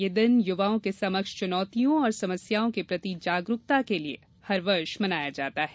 यह दिवस युवाओं के समक्ष चुनौतियों और समस्याओं के प्रति जागरूकता के लिये प्रतिवर्ष मनाया जाता है